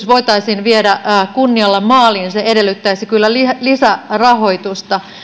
voitaisiin viedä kunnialla maaliin se edellyttäisi kyllä lisärahoitusta